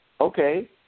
okay